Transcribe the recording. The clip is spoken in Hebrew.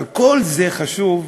אבל כל זה חשוב,